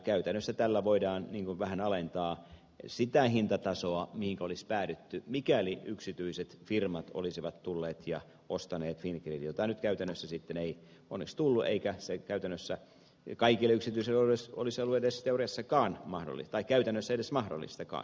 käytännössä tällä voidaan vähän alentaa sitä hintatasoa mihin olisi päädytty mikäli yksityiset firmat olisivat tulleet ja ostaneet fingridin jota nyt käytännössä ei sitten onneksi tullut eikä se kaikille yksityisille olisi ollut käytännössä mahdollistakaan